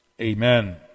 Amen